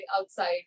outside